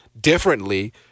differently